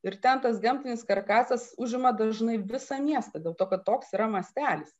ir ten tas gamtinis karkasas užima dažnai visą miestą dėl to kad toks yra mastelis